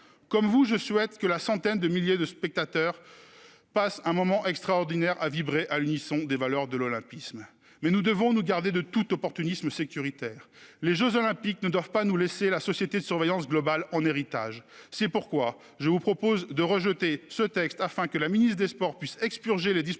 Comme vous, je souhaite que la centaine de milliers de spectateurs attendus passe un moment extraordinaire à vibrer à l'unisson des valeurs de l'olympisme. Mais nous devons nous garder de tout opportunisme sécuritaire. Les jeux Olympiques ne doivent pas nous laisser en héritage une société de la surveillance globale. C'est pourquoi je vous propose de rejeter ce texte, afin que la ministre des sports puisse en expurger les dispositions